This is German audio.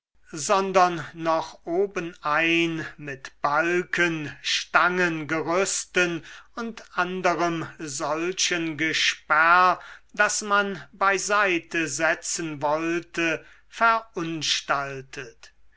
sondern noch obenein mit balken stangen gerüsten und anderem solchen gesperr das man beiseitesetzen wollte verunstaltet